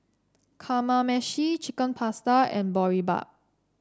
Kamameshi Chicken Pasta and Boribap